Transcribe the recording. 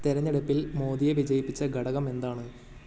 തെരഞ്ഞെടുപ്പിൽ മോദിയെ വിജയിപ്പിച്ച ഘടകമെന്താണ്